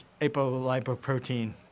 apolipoprotein